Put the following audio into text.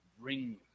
ring